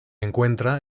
encuentra